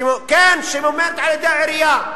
היא, כן, שממומנת על-ידי העירייה.